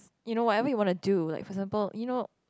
you know whatever you wanna do like for example you know